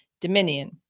dominion